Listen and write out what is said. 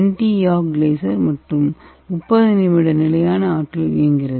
D YAG laser மற்றும் 30 நிமிட நிலையான ஆற்றலில் இயங்குகிறது